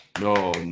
No